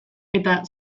eta